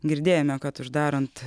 girdėjome kad uždarant